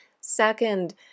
second